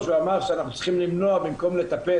שאמר שאנחנו צריכים למנוע במקום לתקן.